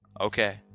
Okay